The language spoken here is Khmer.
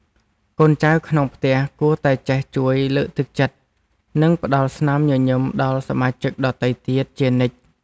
កូនចៅក្នុងផ្ទះគួរតែចេះជួយលើកទឹកចិត្ត និងផ្តល់ស្នាមញញឹមដល់សមាជិកដទៃទៀតជានិច្ច។